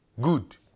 Good